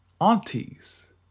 Aunties